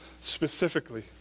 specifically